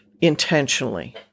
intentionally